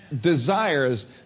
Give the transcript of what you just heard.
desires